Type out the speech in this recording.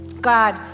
God